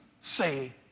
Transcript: say